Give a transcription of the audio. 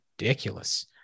ridiculous